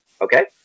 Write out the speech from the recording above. Okay